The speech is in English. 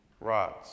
rods